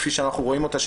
כפי שאנחנו רואים אותה,